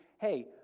hey